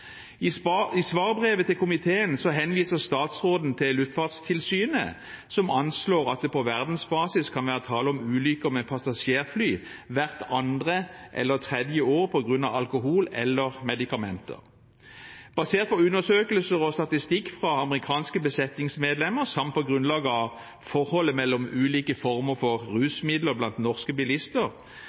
I svarbrevet til komiteen henviser statsråden til Luftfartstilsynet, som anslår at det på verdensbasis kan være tale om ulykker med passasjerfly hvert andre eller tredje år på grunn av alkohol eller medikamenter. Basert på undersøkelser og statistikk over forekomst blant amerikanske flybesetningsmedlemmer, samt på grunnlag av forholdet mellom ulike former for rusmidler blant norske bilister,